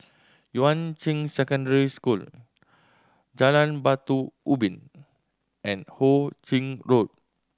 Yuan Ching Secondary School Jalan Batu Ubin and Ho Ching Road